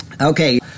Okay